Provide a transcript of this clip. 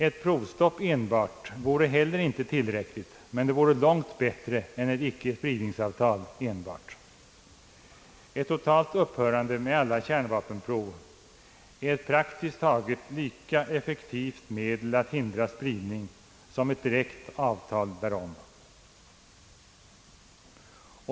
Ett provstopp enbart vore heller inte tillräckligt, men det vore långt bättre än ett icke-spridnningsavtal enbart. Eit totalt upphörande med alla kärnvapenprov är ett praktiskt taget lika effektivt medel att hindra spridning som ett direkt avtal därom.